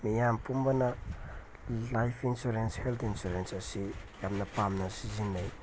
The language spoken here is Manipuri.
ꯃꯤꯌꯥꯝ ꯄꯨꯝꯕꯅ ꯂꯥꯏꯐ ꯏꯟꯁꯨꯔꯦꯟꯁ ꯍꯦꯜ ꯏꯟꯁꯨꯔꯦꯟꯁ ꯑꯁꯤ ꯌꯥꯝꯅ ꯄꯥꯝꯅ ꯁꯤꯖꯤꯟꯅꯩ